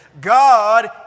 God